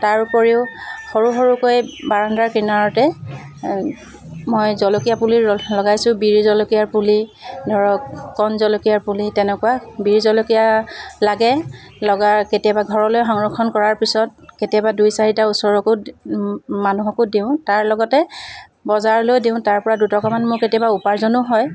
তাৰোপৰিও সৰু সৰুকৈ বাৰান্দাৰ কিনাৰতে মই জলকীয়া পুলি ল লগাইছোঁ বিৰি জলকীয়াৰ পুলি ধৰক কণ জলকীয়াৰ পুলি তেনেকুৱা বিৰি জলকীয়া লাগে লগাৰ কেতিয়াবা ঘৰলৈ সংৰক্ষণ কৰাৰ পিছত কেতিয়াবা দুই চাৰিটা ওচৰকো মানুহকো দিওঁ তাৰ লগতে বজাৰলৈ দিওঁ তাৰপৰা দুটকামান মোৰ কেতিয়াবা উপাৰ্জনো হয়